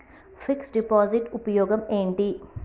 Fix డ్ deposit ఉపయోగం ఏంటి?